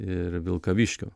ir vilkaviškio